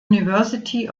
university